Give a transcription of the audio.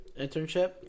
Internship